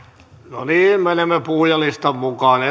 no niin menemme puhujalistan mukaan